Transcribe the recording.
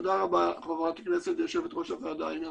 תודה רבה, חברת הכנסת ויושבת ראש הוועדה, עינב.